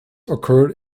occurred